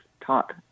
taught